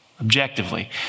objectively